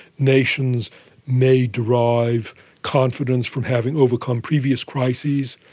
nations may derive confidence from having overcome previous crises.